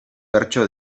bertso